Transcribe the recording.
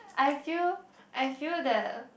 I feel I feel that